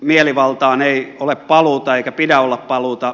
mielivaltaan ei ole paluuta eikä pidä olla paluuta